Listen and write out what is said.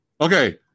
Okay